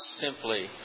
simply